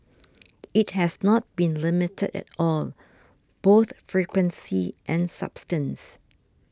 it has not been limited at all both frequency and substance